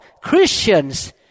Christians